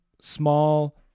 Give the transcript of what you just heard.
small